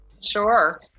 Sure